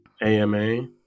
AMA